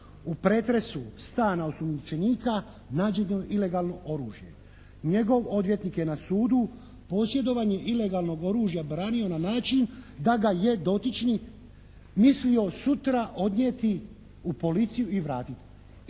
U pretresu stana osumnjičenika nađeno ilegalno oružje. Njegov odvjetnik je na sudu posjedovanje ilegalnog oružja branio na način da ga je dotični mislio sutra odnijeti u policiju i vratiti.